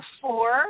four